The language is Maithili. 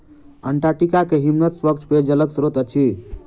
अंटार्टिका के हिमनद स्वच्छ पेयजलक स्त्रोत अछि